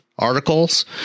articles